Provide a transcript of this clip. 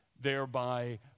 thereby